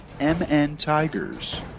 MNTigers